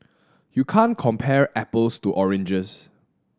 you can't compare apples to oranges